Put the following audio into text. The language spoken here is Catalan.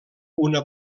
una